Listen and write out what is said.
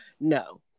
no